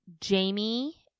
Jamie